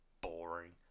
boring